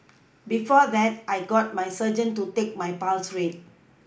before that I got my surgeon to take my pulse rate